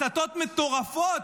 הסתות מטורפות,